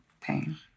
pain